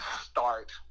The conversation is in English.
start